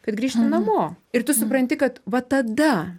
kad grįšti namo ir tu supranti kad va tada